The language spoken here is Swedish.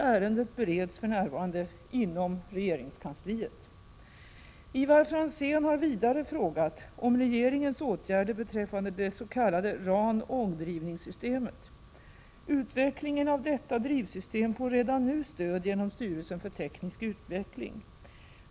Ärendet bereds för närvarande inom regeringskansliet. Ivar Franzén har vidare frågat om regeringens åtgärder beträffande det s.k. RAN-ångdrivningssystemet. Utvecklingen av detta drivsystem får redan nu stöd genom styrelsen för teknisk utveckling.